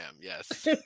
Yes